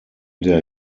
der